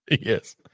Yes